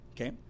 Okay